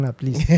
please